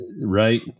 Right